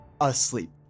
asleep